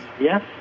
Yes